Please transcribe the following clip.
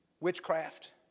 witchcraft